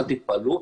אל תתפלאו,